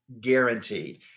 guaranteed